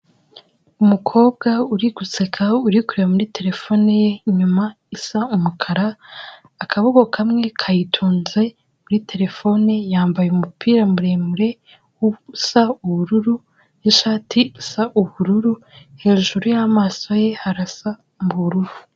Umukobwa uri guseka uri kureba muri telefone ye, inyuma isa umukara, akaboko kamwe kayitunze muri terefone, yambaye umupira muremure usa ubururu n'ishati isa ubururu, hejuru y'amaso ye harasa ubururu.